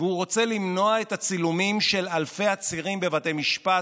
והוא רוצה למנוע את הצילומים של אלפי עצירים בבתי משפט.